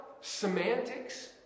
semantics